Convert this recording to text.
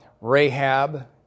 Rahab